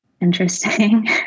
interesting